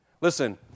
Listen